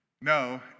No